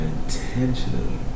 intentionally